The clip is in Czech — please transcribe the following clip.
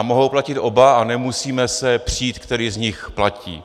Mohou platit oba a nemusíme se přít, který z nich platí.